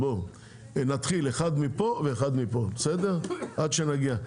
נתחיל אחד מפה ואחד מפה עד שנגיע,